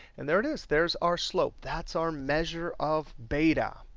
and there it is. there's our slope. that's our measure of beta.